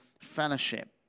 fellowship